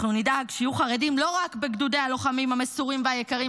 אנחנו נדאג שיהיו חרדים לא רק בגדודי הלוחמים המסורים והיקרים,